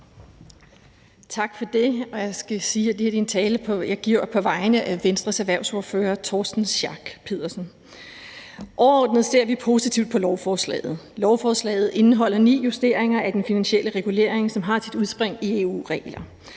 en tale, jeg holder på vegne af Venstres erhvervsordfører, Torsten Schack Pedersen. Overordnet ser vi positivt på lovforslaget. Det indeholder ni justeringer af den finansielle regulering, som har sit udspring i EU-regler,